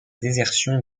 désertion